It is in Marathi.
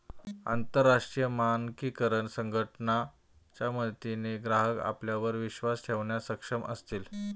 अंतरराष्ट्रीय मानकीकरण संघटना च्या मदतीने ग्राहक आपल्यावर विश्वास ठेवण्यास सक्षम असतील